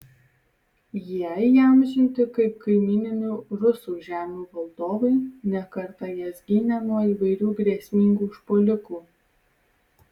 jie įamžinti kaip kaimyninių rusų žemių valdovai ne kartą jas gynę nuo įvairių grėsmingų užpuolikų